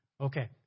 Okay